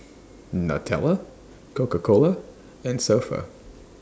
Nutella Coca Cola and So Pho